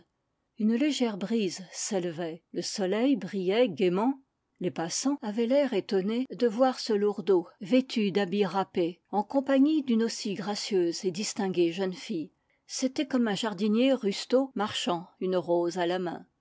une légère brise s'élevait le soleil brillait gaîment les passants avaient l'air étonné de voir ce lourdaud vêtu d'habits râpés en compagnie d'une aussi gracieuse et distinguée jeune fille c'était comme un jardinier rustaud marchant une rose à la main